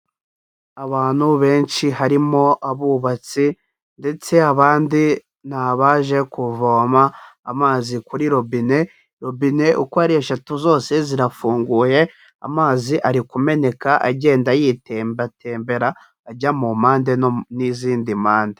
Abantu benshi harimo abubatsi ndetse abandi ni abaje kuvoma amazi kuri robine, robine uko ari eshatu zose zirafunguye amazi ari kumeneka agenda yitembatembera ajya mu mpande n'izindi mpande.